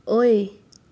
ꯑꯣꯏ